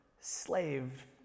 slave